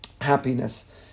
happiness